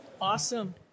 Awesome